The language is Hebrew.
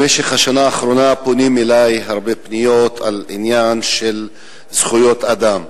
במשך השנה האחרונה פנו אלי בהרבה פניות על עניין של זכויות אדם.